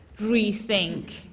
rethink